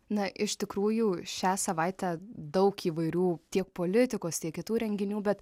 na iš tikrųjų šią savaitę daug įvairių tiek politikos tiek kitų renginių bet